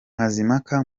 mazimpaka